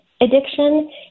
addiction